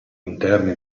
interni